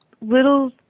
little